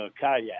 Kayak